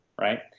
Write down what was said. right